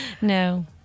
No